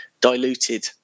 diluted